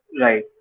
Right